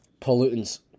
pollutants